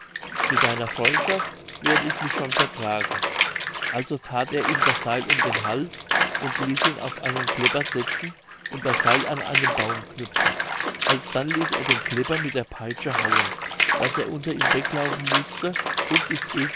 mit deiner freundschaft werde ich mich schon vertragen also that er ihm das seil um den hals und ließ ihn auf einen klepper setzen und das seil an einen baum knüpfen alsdann ließ er den klepper mit der peitsche hauen daß er unter ihm weglaufen mußte und ist